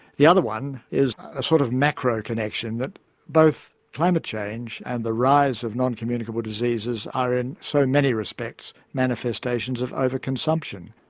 the other one is a sort of macro-connection that both climate change and the rise of non-communicable diseases are in so many respects manifestations of over-consumption,